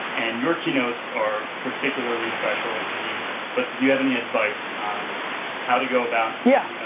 and your keynotes are particularly special and unique but do you have any advice on how to go about? yeah,